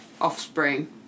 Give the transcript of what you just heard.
offspring